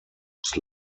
was